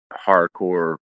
hardcore